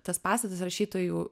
tas pastatas rašytojų